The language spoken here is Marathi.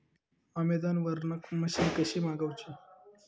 अमेझोन वरन मशीन कशी मागवची?